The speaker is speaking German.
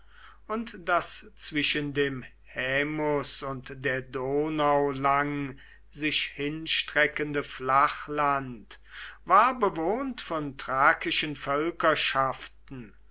und das zwischen dem haemus und der donau lang sich hinstreckende flachland war bewohnt von thrakischen